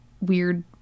weird